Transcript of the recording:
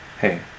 Hey